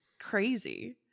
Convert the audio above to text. crazy